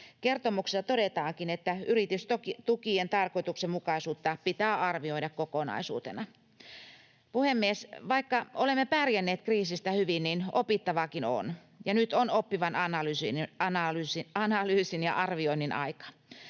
Kertomuksessa todetaankin, että yritystukien tarkoituksenmukaisuutta pitää arvioida kokonaisuutena. Puhemies! Vaikka olemme pärjänneet kriisissä hyvin, niin opittavaakin on, ja nyt on oppivan analyysin ja arvioinnin aika.